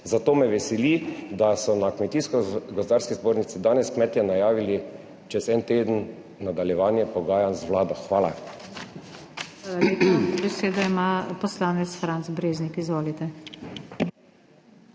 zato me veseli, da so na Kmetijsko gozdarski zbornici danes kmetje najavili čez en teden nadaljevanje pogajanj z Vlado. Hvala.